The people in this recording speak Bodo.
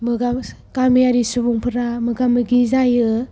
गामियारि सुबुंफोरा मोगा मोगि जायो